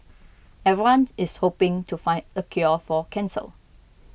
everyone is hoping to find a cure for cancer